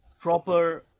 proper